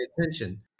attention